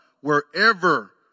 wherever